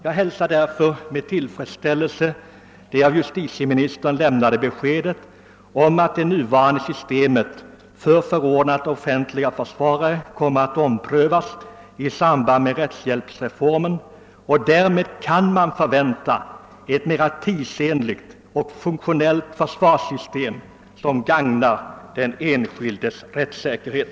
Jag hälsar därför med tillfredsställelse det av justitieministern lämnade beskedet om att det nuvarande systemet för förordnande av offentliga försvarare kommer att omprövas i samband med rättshjälpsreformen. Därmed kan man förvänta ett mer tidsenligt och funktionellt försvararsystem som gagnar den enskildes rättssäkerhet.